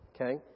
okay